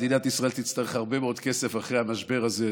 ומדינת ישראל תצטרך הרבה מאוד כסף אחרי המשבר הזה,